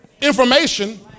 information